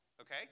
okay